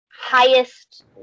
highest